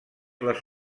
les